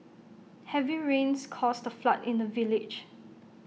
heavy rains caused A flood in the village